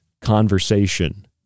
conversation